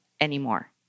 anymore